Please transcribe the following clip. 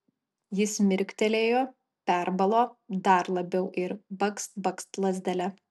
jis mirktelėjo perbalo dar labiau ir bakst bakst lazdele